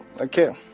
Okay